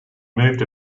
moved